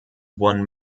won